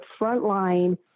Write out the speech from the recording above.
frontline